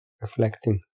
reflecting